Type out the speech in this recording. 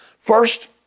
First